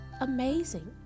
amazing